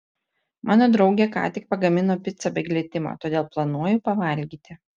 mano draugė ką tik pagamino picą be glitimo todėl planuoju pavalgyti